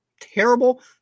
terrible